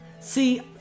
See